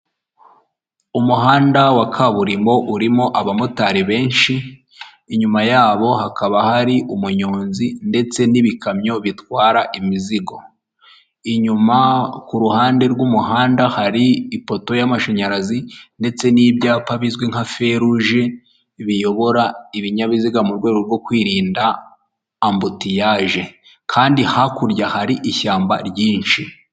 Umuhanda wa kaburimbo urimo abamotari benshi, inyuma yabo hakaba hari umunyonzi ndetse n'ibikamyo bitwara imizigo, inyuma ku ruhande rw'umuhanda hari ipoto y'amashanyarazi ndetse n'ibyapa bizwi nka feruje biyobora ibinyabiziga mu rwego rwo kwirinda ambutiyaje kandi hakurya hari ishyamba ryinshi.